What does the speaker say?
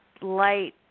light